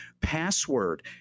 password